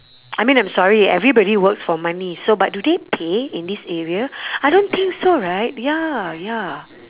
I mean I'm sorry everybody works for money so but do they pay in this area I don't think so right ya ya